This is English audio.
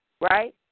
right